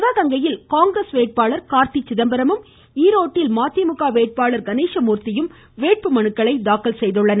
சிவகங்கையில் காங்கிரஸ் வேட்பாளர் கார்த்தி சிதம்பரமும் ஈரோட்டில் மதிமுக வேட்பாளர் கணேசமூர்த்தியும் வேட்புமனுக்களை தாக்கல் செய்தனர்